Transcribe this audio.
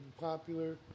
popular